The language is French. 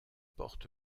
porte